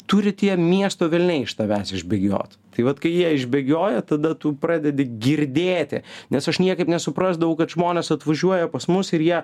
turi tie miesto velniai iš tavęs išbėgiot tai vat kai jie išbėgioja tada tu pradedi girdėti nes aš niekaip nesuprasdavau kad žmonės atvažiuoja pas mus ir jie